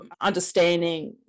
understanding